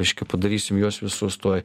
reiškia padarysim juos visus tuoj